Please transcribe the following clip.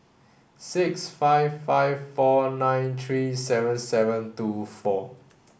six five five four nine three seven seven two four